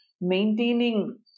maintaining